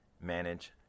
manage